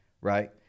right